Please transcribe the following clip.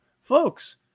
Folks